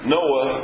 Noah